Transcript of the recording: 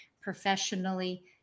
professionally